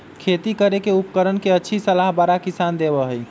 खेती करे के उपकरण के अच्छी सलाह बड़ा किसान देबा हई